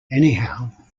anyhow